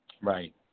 Right